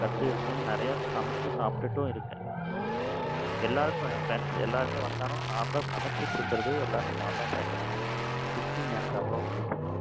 கற்று இருக்கேன் நிறையா சமைச்சும் சாப்பிட்டுட்டும் இருக்கேன் எல்லோருக்கும் என் ஃப்ரெண்ட்ஸ் எல்லோருமே வந்தாலும் நான் தான் சமைச்சிக் கொடுக்கறது எல்லாமே நான் தான் பார்ப்பேன் குக்கிங் எனக்கு அவ்வளோ பிடிக்கும்